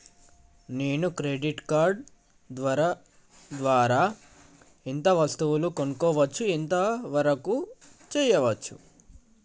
నేను credit card ద్వారా ఏం వస్తువులు కొనుక్కోవచ్చు ఎంత వరకు చేయవచ్చు?